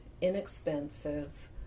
inexpensive